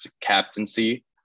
captaincy